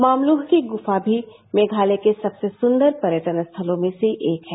मॉम्लुह की गुफा भी मेघालय के सबसे सुन्दर पर्यटन स्थलों में से है